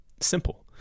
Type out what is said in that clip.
Simple